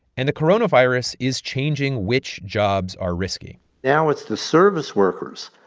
and the coronavirus is changing which jobs are risky now, it's the service workers.